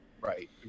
Right